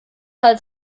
halt